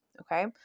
Okay